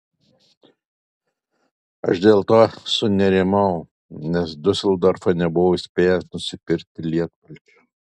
aš dėl to sunerimau nes diuseldorfe nebuvau spėjęs nusipirkti lietpalčio